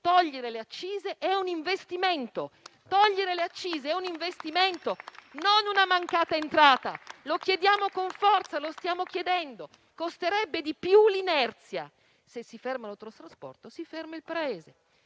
Togliere le accise è un investimento, non una mancata entrata. Lo chiediamo con forza, lo stiamo chiedendo: costerebbe di più l'inerzia. Se si ferma l'autotrasporto, si ferma il Paese.